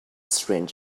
syringe